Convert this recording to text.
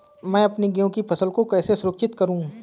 मैं अपनी गेहूँ की फसल को कैसे सुरक्षित करूँ?